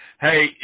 Hey